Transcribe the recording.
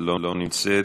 לא נמצאת,